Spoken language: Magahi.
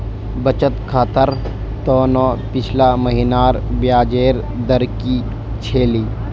बचत खातर त न पिछला महिनार ब्याजेर दर की छिले